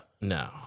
No